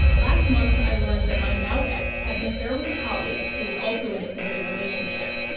last month i learned that my now ex had an affair with a colleague who was also in a committed relationship.